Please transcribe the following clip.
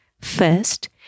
First